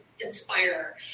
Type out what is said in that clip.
inspire